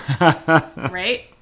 Right